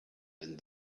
and